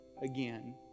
again